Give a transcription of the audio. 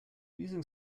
using